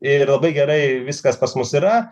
ir labai gerai viskas pas mus yra